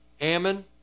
Ammon